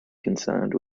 concerned